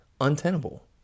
untenable